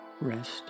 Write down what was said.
Rest